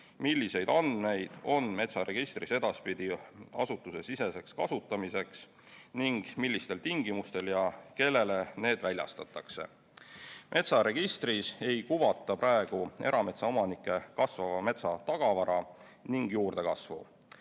millised andmed on metsaregistris edaspidi asutusesiseseks kasutamiseks ning millistel tingimustel ja kellele need väljastatakse. Metsaregistris ei kuvata praegu erametsaomanike kasvava metsa tagavara ja juurdekasvu.